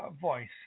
voice